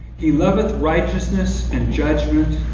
he loveth righteousness and judgment